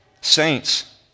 Saints